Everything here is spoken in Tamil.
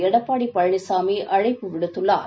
எடப்பாடி பழனிசாமி அழைப்பு விடுத்துள்ளார்